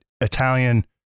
Italian